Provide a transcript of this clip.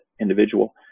individual